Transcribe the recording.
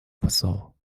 посол